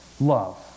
love